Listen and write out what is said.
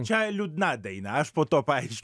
čia liūdna daina aš po to paaiški